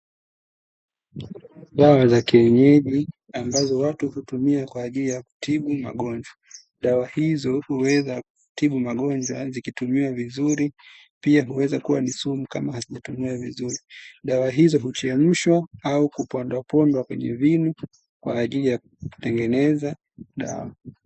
Dawa za kienyeji ambazo watu hutumia kwa ajili ya kutibu magonjwa. Dawa hizo huweza kutibu magonjwa zikitumiwa vizuri, pia huweza kuwa ni sumu kama hazijatumiwa vizuri. Dawa hizo huchemshwa au kupondwapondwa kwenye vinu kwa ajili ya kutengeneza dawa.